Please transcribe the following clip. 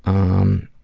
um.